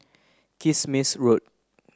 Kismis Road